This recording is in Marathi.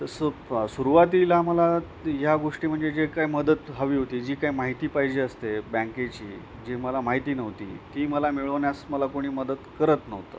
तसं प् सुरुवातीला मला त् ह्या गोष्टी म्हणजे जे काय मदत हवी होती जी काही माहिती पाहिजे असते बँकेची जी मला माहिती नव्हती ती मला मिळवण्यास मला कोणी मदत करत नव्हतं